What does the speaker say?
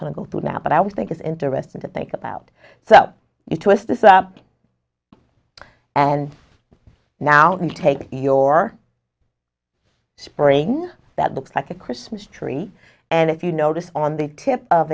going to go through now but i would think it's interesting to think about so you twist this up and now take your spring that looks like a christmas tree and if you notice on the tip of